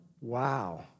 wow